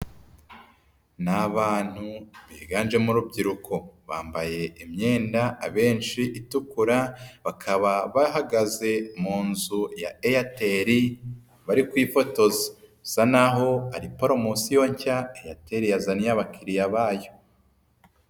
Ni abantu biganjemo urubyiruko, bambaye imyenda abenshi itukura bakaba bahagaze mu nzu ya Airetl bari kwifotozasa, bisa n'aho ari poromosiyo nshya Airtel yazaniye abakiriya bayo.